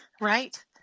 Right